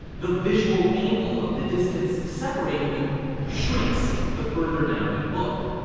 the visual angle of the distance separating them shrinks the further down you look.